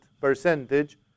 percentage